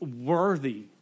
worthy